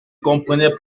comprenait